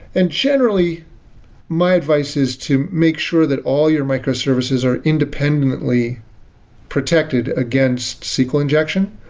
and generally my advice is to make sure that all your microservices are independently protected against sql injection,